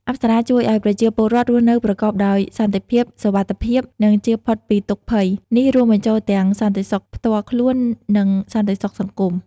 អប្សរាជួយឲ្យប្រជាពលរដ្ឋរស់នៅប្រកបដោយសន្តិភាព សុវត្ថិភាព និងចៀសផុតពីទុក្ខភ័យ។ នេះរួមបញ្ចូលទាំងសន្តិសុខផ្ទាល់ខ្លួន និងសន្តិសុខសង្គម។